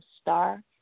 star